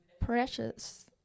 precious